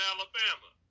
Alabama